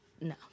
No